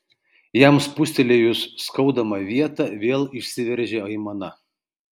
jam spustelėjus skaudamą vietą vėl išsiveržė aimana